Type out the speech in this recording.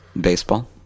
baseball